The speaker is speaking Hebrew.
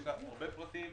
יש הרבה פרטים,